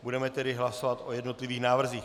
Budeme tedy hlasovat o jednotlivých návrzích.